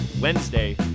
Wednesday